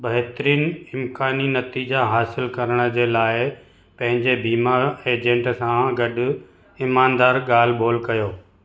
बहितरीन इम्कानी नतीजा हासिलु करण जे लाइ पंहिंजे बीमा एजेंट सां गॾु ईमानदारु गा॒ल्हि ॿोल कयो